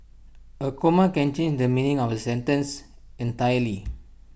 A comma can change the meaning of A sentence entirely